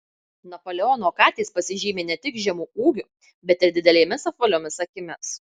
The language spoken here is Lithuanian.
napoleono katės pasižymi ne tik žemu ūgiu bet ir didelėmis apvaliomis akimis